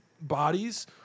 bodies